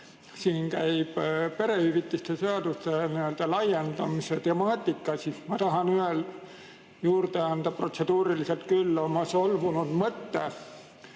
siin käib perehüvitiste seaduse laiendamise temaatika, siis ma tahan veel juurde anda protseduuriliselt küll oma solvunud mõtte,